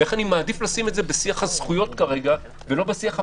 אני מעדיף לשים את זה בשיח הזכויות כרגע ולא בשיח הפרקטי.